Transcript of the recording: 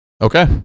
Okay